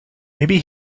maybe